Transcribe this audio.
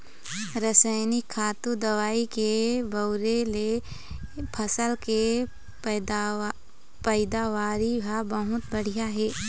रसइनिक खातू, दवई के बउरे ले फसल के पइदावारी ह बहुत बाढ़िस हे